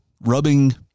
rubbing